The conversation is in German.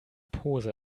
pose